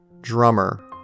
drummer